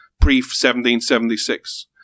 pre-1776